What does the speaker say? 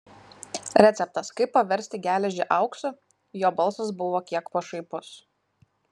receptas kaip paversti geležį auksu jo balsas buvo kiek pašaipus